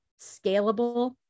scalable